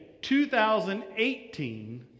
2018